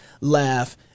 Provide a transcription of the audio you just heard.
laugh